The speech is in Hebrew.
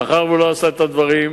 מאחר שהוא לא עשה את הדברים,